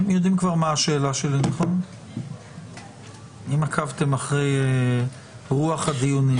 אם עקבתם אחרי רוח הדיונים,